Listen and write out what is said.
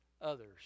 others